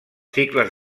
cicles